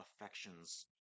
affections